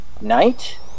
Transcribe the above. night